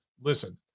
listen